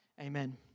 Amen